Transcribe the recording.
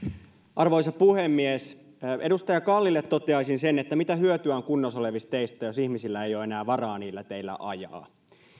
arvoisa puhemies edustaja kallille toteaisin sen että mitä hyötyä on kunnossa olevista teistä jos ihmisillä ei ole enää varaa niillä teillä ajaa